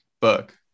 book